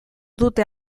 dute